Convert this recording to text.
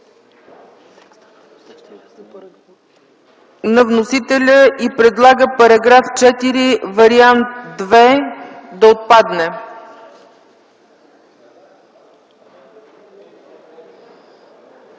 на вносителя и предлага § 4, вариант ІІ да отпадне.